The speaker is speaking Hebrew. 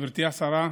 גברתי השרה,